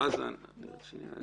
השאלה אם עובר נחשב כאישיות משפטית,